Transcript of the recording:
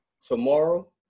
Tomorrow